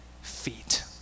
feet